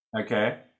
Okay